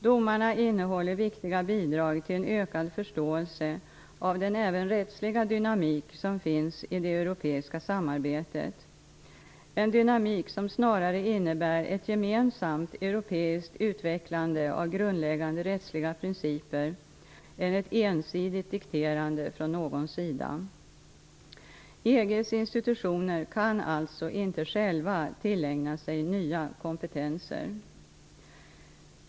Domarna innehåller viktiga bidrag till en ökad förståelse av även den rättsliga dynamik som finns i det europeiska samarbetet -- en dynamik som snarare innebär ett gemensamt europeiskt utvecklande av grundläggande rättsliga principer än ett ensidigt dikterande från någon sida. EG:s institutioner kan alltså inte själva tillägna sig nya kompetenser.